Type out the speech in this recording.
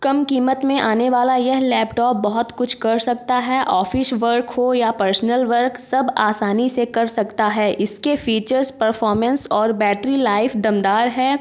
कम कीमत में आने वाला यह लैपटॉप बहुत कुछ कर सकता है ऑफ़िश वर्क हो या पर्शनल वर्क सब आसानी से कर सकता है इसके फ़ीचर्स परफ़ॉर्मेंस और बैटरी लाइफ़ दमदार है